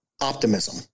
optimism